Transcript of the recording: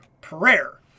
prayer